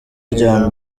rya